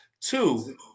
Two –